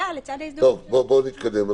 לצד ההזדהות --- בואו נתקדם.